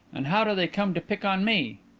and how do they come to pick on me?